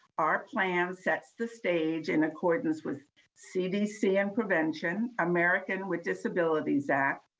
our plan sets the stage in accordance with cdc and prevention, american with disabilities act,